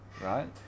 right